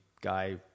guy